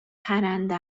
پرنده